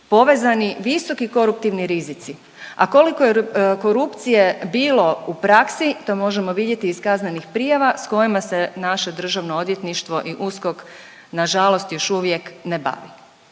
povezani visoki koruptivni rizici, a koliko je korupcije bilo u praksi to možemo vidjeti iz kaznenih prijava s kojima se naše Državno odvjetništvo i USKOK nažalost još uvijek ne bave.